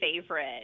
favorite